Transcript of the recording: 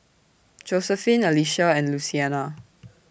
Josephine Alicia and Luciana